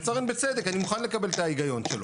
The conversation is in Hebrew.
ובצדק אני מוכן לקבל את ההיגיון שלו.